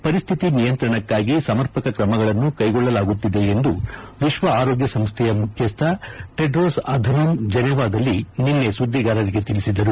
ಪರಿಶ್ಠಿತಿ ನಿಯಂತ್ರಣಕ್ಕಾಗಿ ಸಮರ್ಪಕ ಕ್ರಮಗಳನ್ನು ಕೈಗೊಳ್ಳಲಾಗುತ್ತಿದೆ ಎಂದು ವಿಶ್ವ ಆರೋಗ್ಕ ಸಂಸ್ಥೆಯ ಮುಖ್ಯಸ್ಥ ಟೆಡ್ರೋಸ್ ಅಧನೋಮ್ ಜಿನೆವಾದಲ್ಲಿ ನಿನ್ನೆ ಸುದ್ದಿಗಾರಿಗೆ ತಿಳಿಸಿದ್ದಾರೆ